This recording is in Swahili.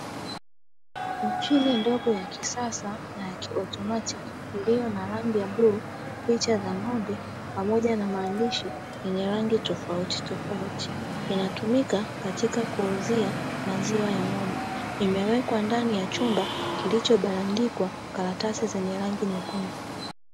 Mashine ndogo ya kisasa na ya kiautomatiki iliyo na rangi ya buluu, picha za ng'ombe pamoja na maandishi yenye rangi tofautitofauti. Inatumika katika kuwauzia maziwa ya ng'ombe, imewekwa ndani ya chumba kilicho bandikwa karatasi za rangi nyekundu.